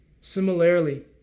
Similarly